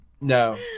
No